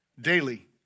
daily